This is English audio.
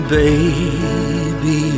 baby